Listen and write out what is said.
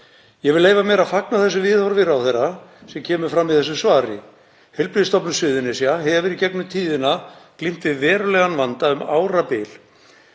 Ég vil leyfa mér að fagna þessu viðhorfi ráðherra sem kemur fram í þessu svari. Heilbrigðisstofnun Suðurnesja hefur í gegnum tíðina glímt við verulegan vanda um árabil